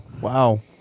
wow